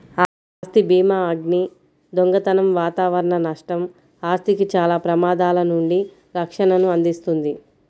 ఆస్తి భీమాఅగ్ని, దొంగతనం వాతావరణ నష్టం, ఆస్తికి చాలా ప్రమాదాల నుండి రక్షణను అందిస్తుంది